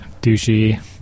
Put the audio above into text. douchey